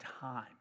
time